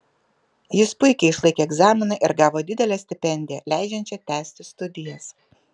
jis puikiai išlaikė egzaminą ir gavo didelę stipendiją leidžiančią tęsti studijas